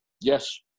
Yes